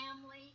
family